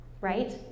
right